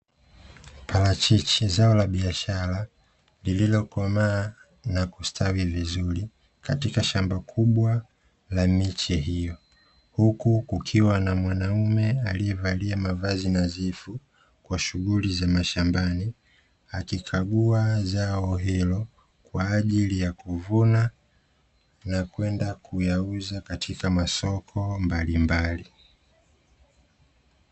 Parachichi, zao la biashara lililokomaa na kustawi vizuri katika shamba kubwa la miche hiyo, huku kukiwa na mwanaume aliyevalia mavazi nadhifu kwa shughuli za mashambani, akikagua zao hilo kwa ajili ya kuvuna na kwenda kuyauza katika masoko mbalimbali.